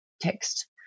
text